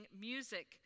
music